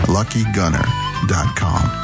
LuckyGunner.com